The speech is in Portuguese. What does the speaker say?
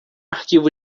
arquivo